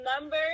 number